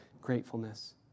gratefulness